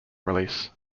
release